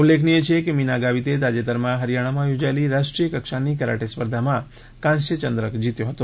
ઉલ્લેખનીય છે કે મીના ગાવીતે તાજેતરમાં હરીયાણામાં યોજાયેલી રાષ્ટ્રીય કક્ષાની કરાટે સ્પર્ધામાં કાંસ્ય ચંદ્રક જીત્યો હતો